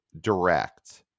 direct